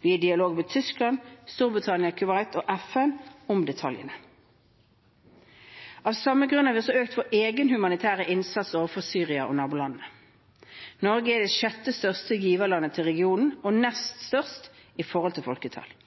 Vi er i dialog med Tyskland, Storbritannia, Kuwait og FN om detaljene. Av samme grunn har vi også økt vår egen humanitære innsats overfor Syria og nabolandene. Norge er det sjette største giverlandet til regionen og det neststørste i forhold til folketallet.